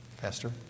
Pastor